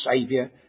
Saviour